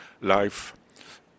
life